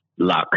luck